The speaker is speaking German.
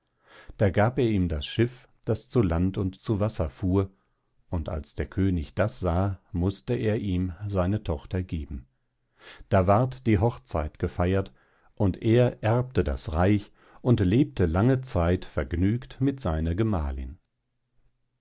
da gab er ihm das schiff das zu land und zu wasser fuhr und als der könig das sah mußte er ihm seine tochter geben da ward die hochzeit gefeiert und er erbte das reich und lebte lange zeit vergnügt mit seiner gemahlin